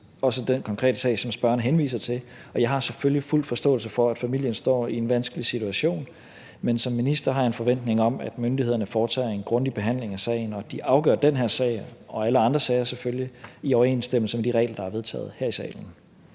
er den konkrete sag, spørgeren henviser til, og jeg har selvfølgelig fuld forståelse for, at familien står i en vanskelig situation. Men som minister har jeg en forventning om, at myndighederne foretager en grundig behandling af sagen, og at de afgør den her sag, og selvfølgelig alle andre sager, i overensstemmelse med de regler, der er vedtaget her i salen.